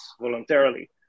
voluntarily